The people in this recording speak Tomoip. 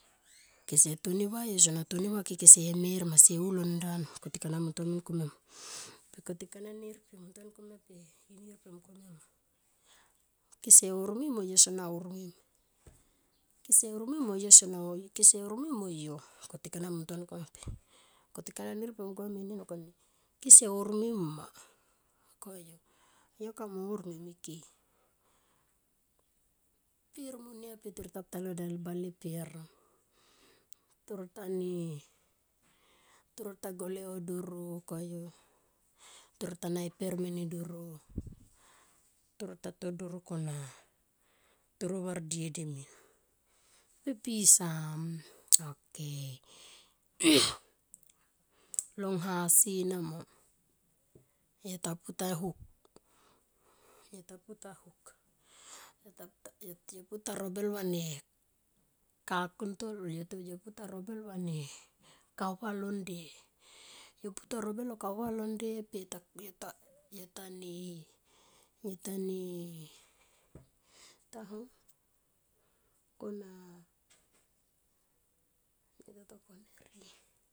Kese toni va yo sona toni ya ke kese mer ma se u londan ma kotik ana muntua nou komia mo. Kotik ana nir de muntun komia per inir pe mung komia ma kese hormim on yo sona hormim, kese hormin oh yo sonoi kese hormim oh yo kotikara muntua komia pe, kotik ana nir pe muns komia ma kese hormim ma koyu. Yo kamo hormim ike per monia pe toro ta pu talo del bale per taro tone toro ta golw oh dorokoyu. Taro ta na eper mene doro toro ta to dore kona toro vardie di min pe pisam. Ok long ha si nama yo ta pu ta huk, yo ta pu ta huk, yo ta pu ta robel va ne kakun to yo pu ta nobel va ne kahua lon nde yo pu ta robel va kau va lo nde pe yota, yo ta ne, yota ne yo ta ne ta no na yo ta kone nie.